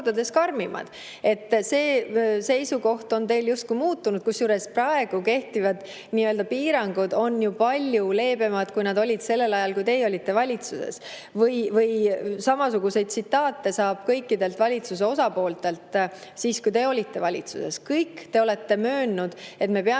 kordades karmimad. See seisukoht on teil justkui muutunud. Kusjuures praegu kehtivad piirangud on ju palju leebemad, kui nad olid sel ajal, kui teie olite valitsuses. Samasuguseid tsitaate saab kõikidelt valitsuse osapooltelt, kui teie olite valitsuses. Kõik te olete möönnud, et me peame